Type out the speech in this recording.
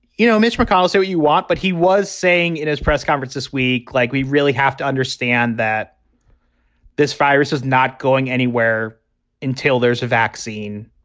you know, mitch mcconnell. so you want but he was saying in his press conference this week, like, we really have to understand that this virus is not going anywhere until there's a vaccine.